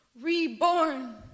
reborn